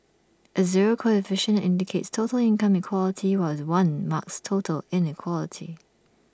A zero coefficient indicates total income equality while one marks total inequality